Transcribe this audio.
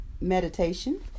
meditation